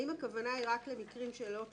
האם הכוונה היא רק למקרים שלא תלויים,